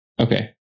Okay